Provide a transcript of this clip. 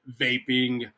vaping